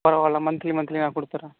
பரவாயில்ல monthly monthly நான் கொடுத்துறேன்